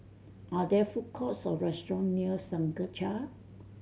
are there food courts or restaurant near Senja